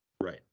Right